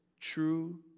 true